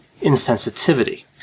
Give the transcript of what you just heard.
insensitivity